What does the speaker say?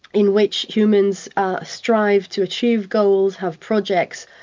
in which humans ah strive to achieve goals, have projects,